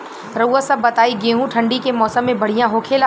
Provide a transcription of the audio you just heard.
रउआ सभ बताई गेहूँ ठंडी के मौसम में बढ़ियां होखेला?